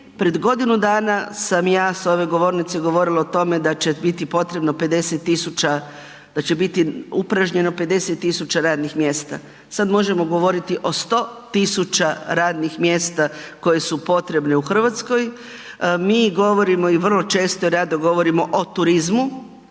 pred godinu dana sam ja s ove govornice govorila o tome da će biti upražnjeno 50 000 radnih mjesta, sad možemo govoriti o 100 000 radnih mjesta koji su potrebni u Hrvatskoj, mi govorimo i vrlo često rado govorimo o turizmu